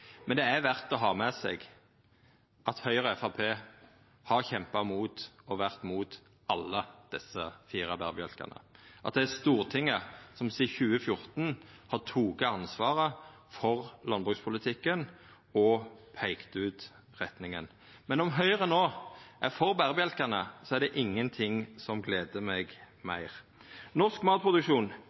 men det er verdt å ha med seg at Høgre og Framstegspartiet har kjempa mot og vore mot alle desse fire berebjelkane, og at det er Stortinget som sidan 2014 har teke ansvaret for landbrukspolitikken og peikt ut retninga. Men om Høgre no er for berebjelkane, er det ingenting som gleder meg meir. Norsk matproduksjon